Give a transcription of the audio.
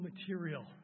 material